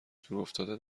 دورافتاده